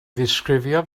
ddisgrifio